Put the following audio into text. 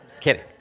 Kidding